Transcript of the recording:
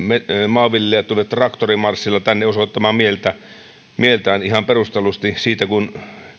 maanviljelijät tulivat traktorimarssilla tänne osoittamaan mieltään mieltään ihan perustellusti siitä kun